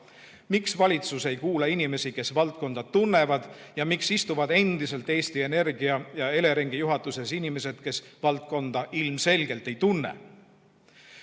Miks valitsus ei kuula inimesi, kes valdkonda tunnevad, ning miks istuvad endiselt Eesti Energia ja Eleringi juhatuses inimesed, kes valdkonda ilmselgelt ei tunne?